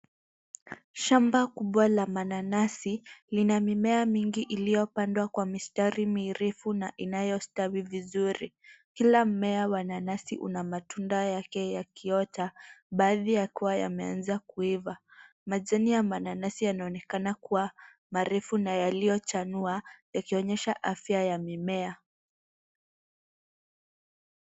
Shamba kubwa la mananasi lina mimea mingi iliyopandwa kwa mistari mirefu na inayostawi vizuri. Kila mmea wa nanasi una matunda yake yakiota, baadhi yakiwa yameanza kuiva. Majani ya mananasi yanaonekana kuwa marefu na yaliyochanua, yakionyesha afya ya mimea.